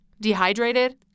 dehydrated